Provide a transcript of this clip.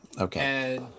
okay